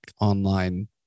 online